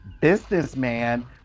businessman